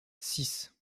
six